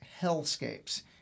hellscapes